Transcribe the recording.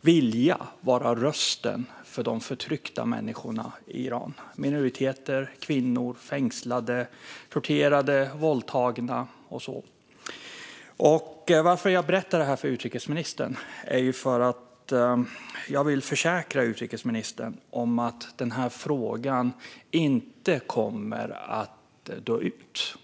vilja vara rösten för de förtryckta människorna i Iran. Det gäller minoriteter, kvinnor, fängslade, torterade, våldtagna och så vidare. Anledningen till att jag berättar detta för utrikesministern är att jag vill försäkra honom att frågan inte kommer att dö ut.